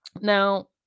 Now